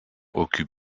occupe